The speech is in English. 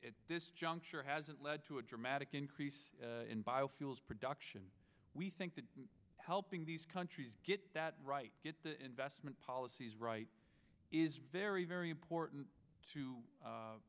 at this juncture hasn't led to a dramatic increase in biofuels production we think that helping these countries get that right get the investment policies right is very very important